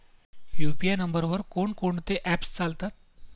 UPI नंबरवर कोण कोणते ऍप्स चालतात?